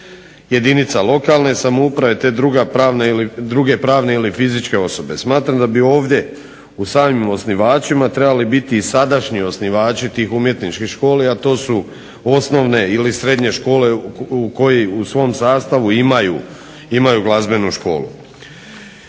jedinica lokalne samouprave te druge pravne ili fizičke osobe. Smatram da bi ovdje u samim osnivačima trebali biti i sadašnji osnivači tih umjetničkih škola, a to su osnovne ili srednje škole koje u svom sastavu imaju glazbenu školu.